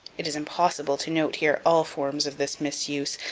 it is impossible to note here all forms of this misuse,